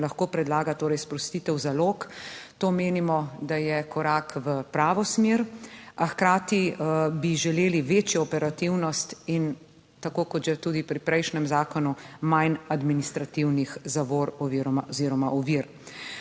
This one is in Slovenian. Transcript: lahko predlaga torej sprostitev zalog. To menimo, da je korak v pravo smer, a hkrati bi želeli večjo operativnost in, tako kot že tudi pri prejšnjem zakonu, manj administrativnih zavor oziroma ovir.